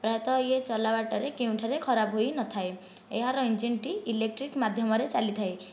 ପ୍ରାୟତଃ ଏହା ଚଲାବାଟରେ କେଉଁଠାରେ ଖରାପ ହୋଇନଥାଏ ଏହାର ଇଞ୍ଜିନଟି ଇଲେକ୍ଟ୍ରିକ ମାଧ୍ୟମରେ ଚାଲିଥାଏ